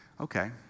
okay